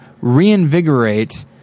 reinvigorate